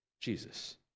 Jesus